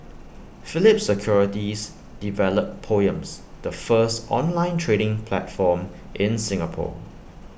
Phillip securities developed poems the first online trading platform in Singapore